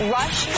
Rush